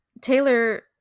Taylor